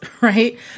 right